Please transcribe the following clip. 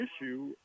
issue